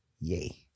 yay